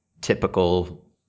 typical